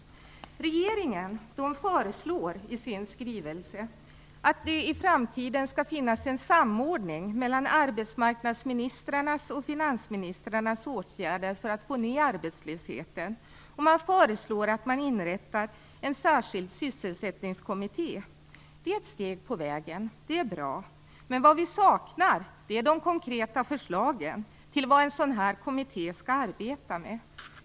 Regeringen föreslår i sin skrivelse att det i framtiden skall finnas en samordning mellan arbetsmarknadsministrarnas och finansministrarnas åtgärder för att få ned arbetslösheten, och man föreslår att det inrättas en särskild sysselsättningskommitté. Det är ett steg på vägen, och det är bra. Men vad vi saknar är de konkreta förslagen till vad en sådan här kommitté skall arbeta med.